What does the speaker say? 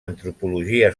antropologia